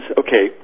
okay